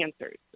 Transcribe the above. answers